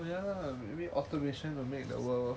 ya lah maybe automation will make the world